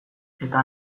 eta